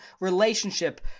relationship